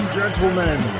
gentlemen